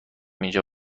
اینجا